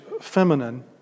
feminine